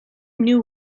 knew